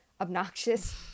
obnoxious